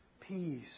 peace